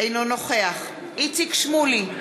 אינו נוכח איציק שמולי,